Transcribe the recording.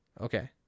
Okay